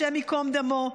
השם ייקום דמו,